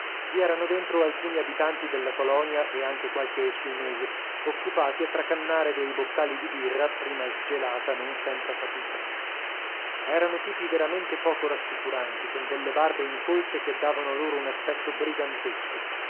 i erano dentro alcuni abitanti della colonia e anche qualche esquimese occupati a tracannare dei boccali di birra prima sgelata non senza fatica erano tipi veramente poco rassicuranti con delle barbe incolte che davano loro un aspetto brigantesco